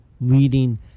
leading